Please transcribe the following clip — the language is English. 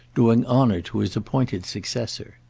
doing honour to his appointed successor.